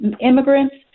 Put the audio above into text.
immigrants